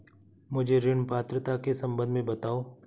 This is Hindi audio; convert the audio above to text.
मुझे ऋण पात्रता के सम्बन्ध में बताओ?